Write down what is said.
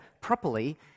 properly